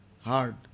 hard